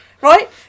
Right